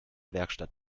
werkstatt